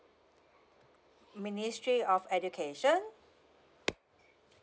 ministry of education